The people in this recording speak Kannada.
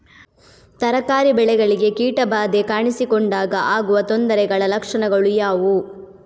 ತರಕಾರಿ ಬೆಳೆಗಳಿಗೆ ಕೀಟ ಬಾಧೆ ಕಾಣಿಸಿಕೊಂಡಾಗ ಆಗುವ ತೊಂದರೆಗಳ ಲಕ್ಷಣಗಳು ಯಾವುವು?